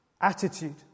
attitude